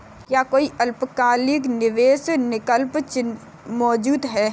क्या कोई अल्पकालिक निवेश विकल्प मौजूद है?